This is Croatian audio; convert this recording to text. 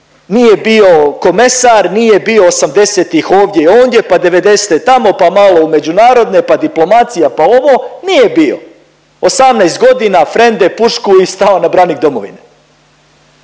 nije bio komesar, nije bio '80.-tih ovdje i ondje, pa '90.-te tamo, pa malo u međunarodne, pa diplomacija, pa ovo, nije bio, 18.g., frende pušku i stao na branik domovine,